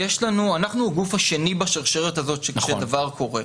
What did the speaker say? אנחנו הגוף השני בשרשרת הזאת כשדבר קורה.